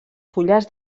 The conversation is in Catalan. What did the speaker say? fulles